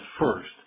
first